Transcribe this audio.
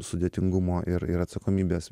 sudėtingumo ir ir atsakomybės